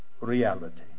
reality